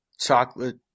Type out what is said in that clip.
Chocolate